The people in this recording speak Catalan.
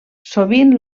sovint